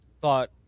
thought